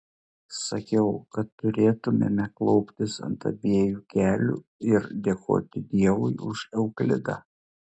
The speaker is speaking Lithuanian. sakiau kad turėtumėme klauptis ant abiejų kelių ir dėkoti dievui už euklidą